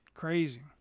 crazy